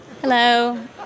Hello